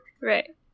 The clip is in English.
Right